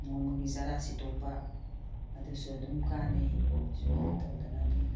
ꯅꯣꯡꯃꯒꯤ ꯆꯔꯥ ꯁꯤꯠꯇꯣꯛꯄ ꯑꯗꯨꯁꯨ ꯑꯗꯨꯝ ꯀꯥꯅꯩ ꯁꯨꯃꯥꯏꯅ ꯇꯧꯗꯅ ꯑꯗꯨꯝ